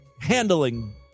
handling